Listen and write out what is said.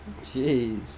Jeez